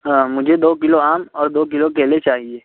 ہاں مجھے دو کلو آم اور دو کلو کیلے چاہیے